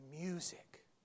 music